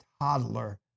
toddler